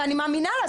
ואני מאמינה לה,